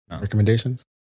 Recommendations